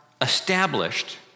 established